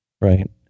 Right